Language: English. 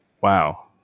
Wow